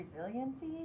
resiliency